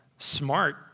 smart